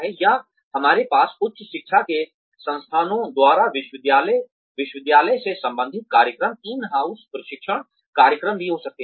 या हमारे पास उच्च शिक्षा के संस्थानों द्वारा विश्वविद्यालय से संबंधित कार्यक्रम इन हाउस प्रशिक्षण कार्यक्रम भी हो सकते हैं